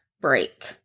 break